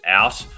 out